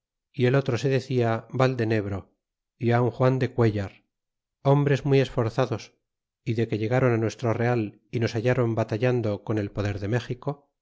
y el otro se decia vaide nebro y un juan de cuellar hombres muy esforzados y de que ilegron nuestro real y nos hallaron batallando con el poder de méxico